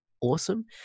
awesome